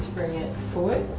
bring it forward.